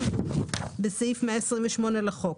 כמשמעותן בסעיף 128(א) לחוק.